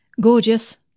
gorgeous